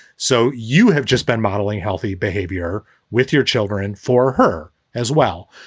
so you have just been modeling healthy behavior with your children for her as well?